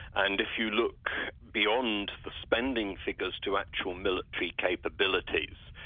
and if you look beyond the spending figures to actual military capabilities,